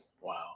wow